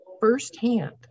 firsthand